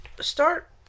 start